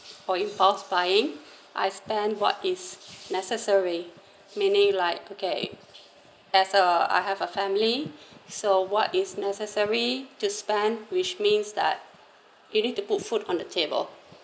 or impulse buying I spend what is necessary meaning like okay as a I have a family so what is necessary to spend which means that you need to put food on the table